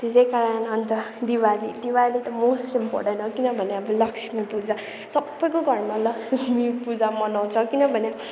त्यसै कारण अन्त दिवाली दिवाली त मोस्ट इम्पोर्टेन्ट हो किनभने अब लक्ष्मी पूजा सबैको घरमा लक्ष्मी पूजा मनाउँछ किनभने